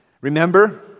Remember